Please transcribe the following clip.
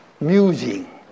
musing